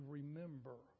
remember